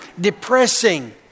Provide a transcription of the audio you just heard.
depressing